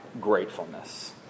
gratefulness